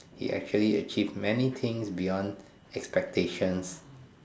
he actually achieved many things beyond expectations